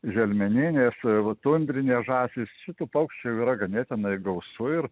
želmeninės va tundrinės žąsys šitų paukščių yra ganėtinai gausu ir